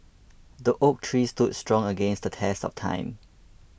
the oak tree stood strong against the test of time